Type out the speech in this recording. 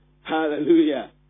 Hallelujah